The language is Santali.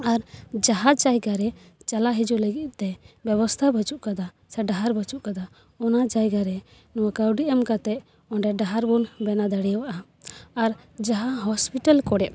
ᱟᱨ ᱡᱟᱦᱟᱸ ᱡᱟᱭᱜᱟ ᱨᱮ ᱪᱟᱞᱟ ᱦᱤᱡᱩᱜ ᱞᱟᱹᱜᱤᱫ ᱛᱮ ᱵᱮᱵᱚᱥᱛᱷᱟ ᱵᱟᱹᱪᱩᱜ ᱠᱟᱫᱟ ᱰᱟᱦᱟᱨ ᱵᱟᱹᱪᱩᱜ ᱠᱟᱫᱟ ᱚᱱᱟ ᱡᱟᱭᱜᱟᱨᱮ ᱱᱚᱣᱟ ᱠᱟᱹᱣᱰᱤ ᱮᱢ ᱠᱟᱛᱮ ᱚᱸᱰᱮ ᱰᱟᱦᱟᱨ ᱵᱚᱱ ᱵᱮᱱᱟᱣ ᱰᱟᱲᱮᱣᱟᱜᱼᱟ ᱟᱨ ᱡᱟᱦᱟᱸ ᱦᱚᱥᱯᱤᱴᱟᱞ ᱠᱚᱨᱮᱜ